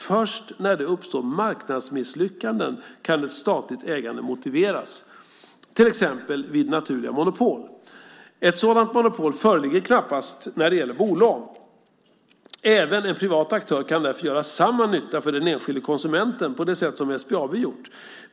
Först när det uppstår marknadsmisslyckanden kan ett statligt ägande motiveras, till exempel vid naturliga monopol. Ett sådant monopol föreligger knappast när det gäller bolån. Även en privat aktör kan därför göra samma nytta för den enskilde konsumenten som SBAB gjort.